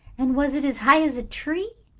and was it as high as a tree?